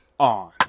on